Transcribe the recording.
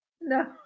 No